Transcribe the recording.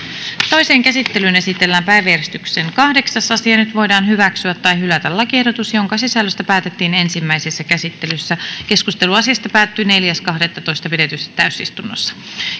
toiseen käsittelyyn esitellään päiväjärjestyksen kahdeksas asia nyt voidaan hyväksyä tai hylätä lakiehdotus jonka sisällöstä päätettiin ensimmäisessä käsittelyssä keskustelu asiasta päättyi neljäs kahdettatoista kaksituhattaseitsemäntoista pidetyssä täysistunnossa